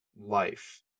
life